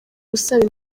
usaba